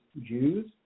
Jews